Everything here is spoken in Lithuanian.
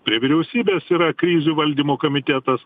prie vyriausybės yra krizių valdymo komitetas